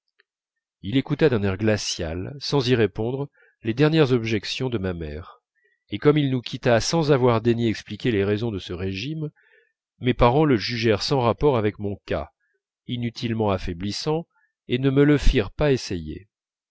il écouta d'un air glacial sans y répondre les dernières objections de ma mère et comme il nous quitta sans avoir daigné expliquer les raisons de ce régime mes parents le jugèrent sans rapport avec mon cas inutilement affaiblissant et ne me le firent pas essayer